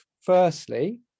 firstly